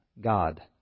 God